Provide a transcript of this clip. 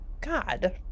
god